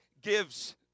gives